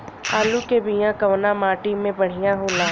आलू के बिया कवना माटी मे बढ़ियां होला?